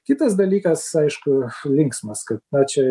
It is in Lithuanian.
kitas dalykas aišku linksmas kad na čia